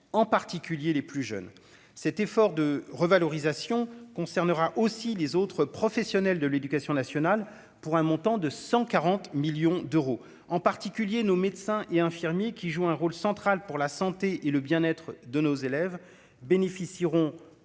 en particulier les plus jeunes, cet effort de revalorisation concernera aussi les autres professionnels de l'éducation nationale pour un montant de 140 millions d'euros, en particulier nos médecins et infirmiers qui joue un rôle central pour la santé et le bien-être de nos élèves bénéficieront